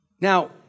Now